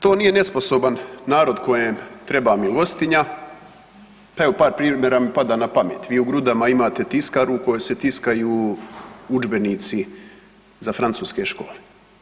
To nije nesposoban narod kojem treba milostinja, evo par primjera mi pada napamet, vi u Grudama imate tiskaru u kojoj se tiskaju udžbenici za francuske škole.